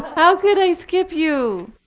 how could i skip you?